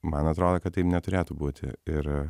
man atrodo kad taip neturėtų būti ir